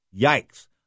Yikes